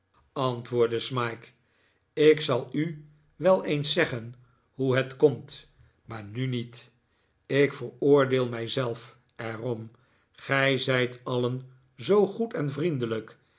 antwoordde smike ik zal u wel eens zeggen hoe het komt maar nu niet ik veroordeel mij zelf er om gij zijt alien zoo goed en vriendelijk